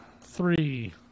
Three